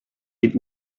den